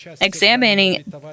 Examining